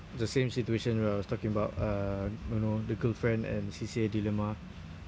the same situation where I was talking about uh you know the girlfriend and C_C_A dilemma